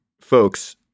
folks